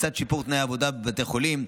לצד שיפור תנאי העבודה בבתי החולים.